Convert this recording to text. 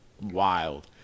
wild